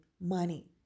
money